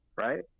right